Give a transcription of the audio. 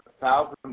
thousand